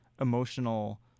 emotional